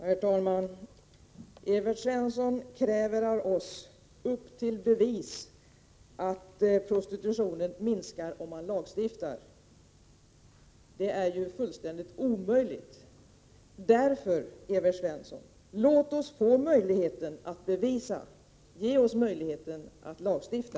Herr talman! Evert Svensson kräver av oss av vi skall upp till bevis om att prostitutionen minskar om man lagstiftar. Evert Svensson, låt oss därför få möjligheten att bevisa detta. Ge oss möjligheter att lagstifta.